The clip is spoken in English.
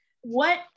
what-